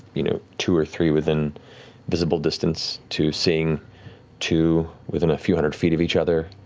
you know, two or three within visible distance to seeing two within a few hundred feet of each other,